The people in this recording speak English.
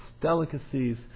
delicacies